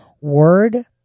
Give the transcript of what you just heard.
Word